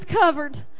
covered